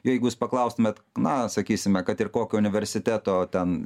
jeigu jūs paklaustumėt na sakysime kad ir kokio universiteto ten